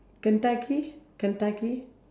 kentucky kentucky